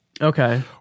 Okay